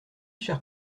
chers